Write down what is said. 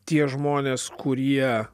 tie žmonės kurie